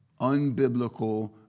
unbiblical